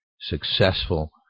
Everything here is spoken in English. successful